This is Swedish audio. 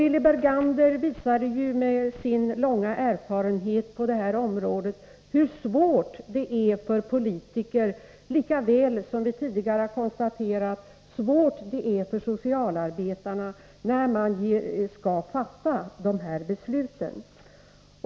Lilly Bergander visade med sin långa erfarenhet på detta område hur svårt det är för politiker, lika väl som vi tidigare har konstaterat hur svårt det är för socialarbetarna, när man skall fatta de här besluten.